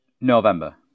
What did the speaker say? November